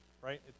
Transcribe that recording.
right